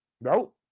Nope